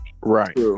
right